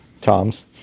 Toms